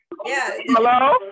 Hello